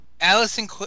Allison